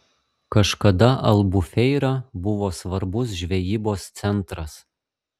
kažkada albufeira buvo svarbus žvejybos centras